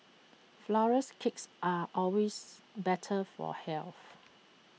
Flourless Cakes are always better for health